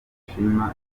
ashima